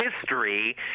history